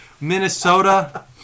Minnesota